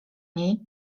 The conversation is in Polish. niej